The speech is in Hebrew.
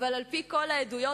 אבל על-פי כל העדויות,